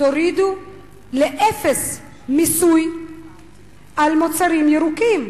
תורידו לאפס מיסוי על מוצרים ירוקים,